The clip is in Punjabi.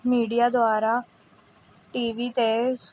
ਮੀਡੀਆ ਦੁਆਰਾ ਟੀਵੀ 'ਤੇ